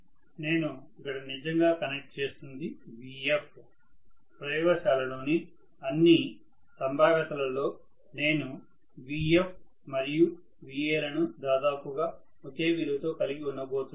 నేను ఇక్కడ నిజంగా కనెక్ట్ చేస్తున్నది Vf ప్రయోగశాలలోని అన్ని సంభావ్యతలలో నేను Vff మరియు Va లను దాదాపు ఒకే విలువతో కలిగి ఉండబోతున్నాను